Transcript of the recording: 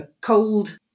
cold